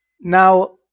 Now